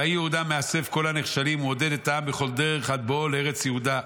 ויהי יהודה מאסף כל הנחשלים ומעודד את העם בכל דרך עד בואו לארץ יהודה.